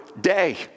day